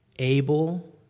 Able